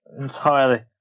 Entirely